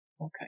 Okay